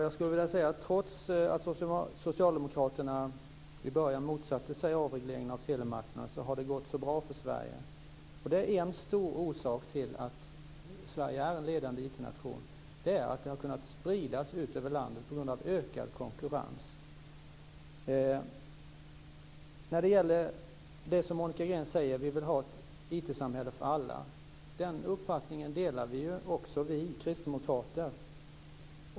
Fru talman! Trots att socialdemokraterna i början motsatte sig en avreglering av telemarknaden har det gått så bra för Sverige. Det finns en grundläggande orsak till att Sverige har kunnat bli en ledande IT nation, och det är att informationstekniken har kunnat spridas ut över landet på grund av ökad konkurrens. Monica Green sade att socialdemokraterna vill ha ett IT-samhälle för alla. Den uppfattningen delar också vi kristdemokrater.